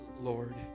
Lord